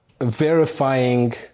verifying